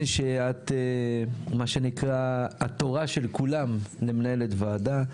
שאת מה שנקרא התורה של כולם למנהלת ועדה,